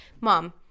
Mom